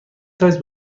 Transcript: سایز